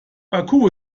baku